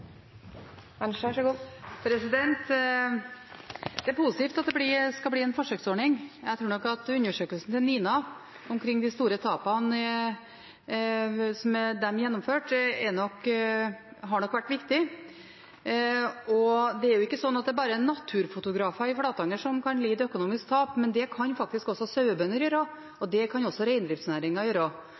Det er positivt at det skal bli en forsøksordning. Jeg tror at undersøkelsene til NINA som de gjennomførte omkring de store tapene, har vært viktige. Det er ikke bare naturfotografer i Flatanger som kan lide økonomisk tap. Det kan faktisk også sauebønder gjøre, og det kan reindriftsnæringen gjøre.